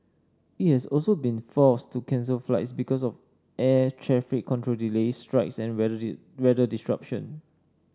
it has also been forced to cancel flights because of air traffic control delays strikes and weather disruption